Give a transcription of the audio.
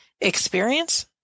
experience